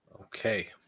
Okay